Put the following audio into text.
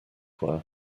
were